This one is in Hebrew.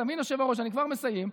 אתה מבין, היושב-ראש, אני כבר מסיים.